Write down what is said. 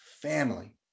family